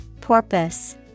Porpoise